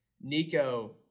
Nico